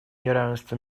неравенства